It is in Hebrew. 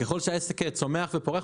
וככל שהעסק צומח ופורח,